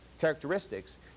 characteristics